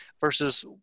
versus